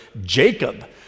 Jacob